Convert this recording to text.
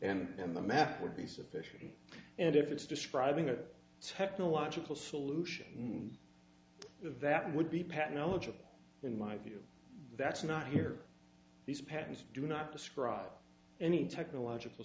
then the math would be sufficient and if it's describing a technological solution that would be pat knowledgeable in my view that's not here these patents do not describe any technological